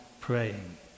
praying